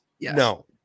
No